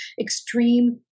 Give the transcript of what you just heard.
extreme